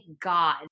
God